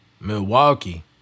Milwaukee